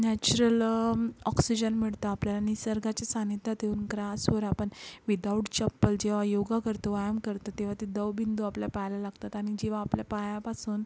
natural oxygen मिळतं आपल्याला निसर्गाच्या सान्निध्यात येऊन ग्रासवर आपण विदाऊट चप्पल जेव्हा योगा करतो व्यायाम करतो तेव्हा ते दवबिंदू आपल्या पायाला लागतात आणि जेव्हा आपल्या पायापासून